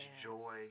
Joy